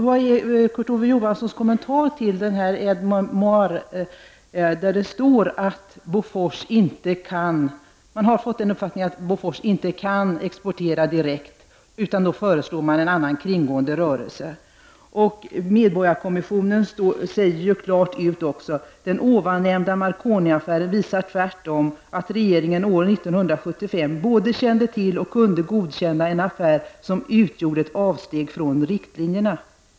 Vad är Kurt Ove Johanssons kommentar till Aide Memoire, där det står att man har fått uppfattningen att Bofors inte kan exportera direkt? I stället föreslår man ett kringgående. Medborgarkommissionen säger helt klart: Den ovannämnda Marconiaffären visar tvärtom att regeringen år 1975 både kände till och kunde godkänna en affär som utgjorde ett avsteg från riktlinjerna.